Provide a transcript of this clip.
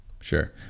Sure